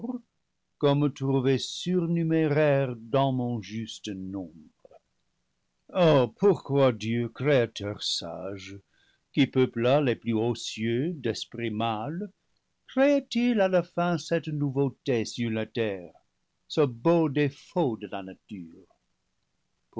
comme trouvée surnuméraire dans mon juste nombre oh pourquoi dieu créateur sage qui peupla les plus hauts cieux d'esprits mâles créa t il à la fin cette nouveauté sur la terre ce beau défaut de la nature